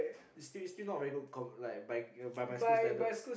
it's still it's still not very good come like by by my school standards